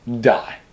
Die